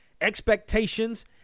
expectations